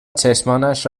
چشمانش